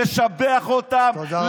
לשבח אותם,